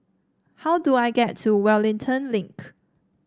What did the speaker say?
how do I get to Wellington Link